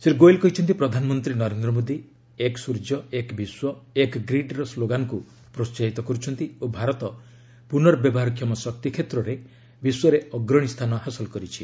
ଶ୍ରୀ ଗୋଏଲ୍ କହିଛନ୍ତି ପ୍ରଧାନମନ୍ତ୍ରୀ ନରେନ୍ଦ୍ର ମୋଦୀ ଏକ୍ ସୂର୍ଯ୍ୟ ଏକ୍ ବିଶ୍ୱ ଏକ୍ ଗ୍ରୀଡ୍ର ସ୍ଲୋଗାନକୁ ପ୍ରୋସାହିତ କରୁଛନ୍ତି ଓ ଭାରତ ପୁର୍ନବ୍ୟବହାରକ୍ଷମ ଶକ୍ତି କ୍ଷେତ୍ରରେ ବିଶ୍ୱରେ ଅଗ୍ରଣୀ ସ୍ଥାନ ହାସଲ କରିଛି